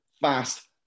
fast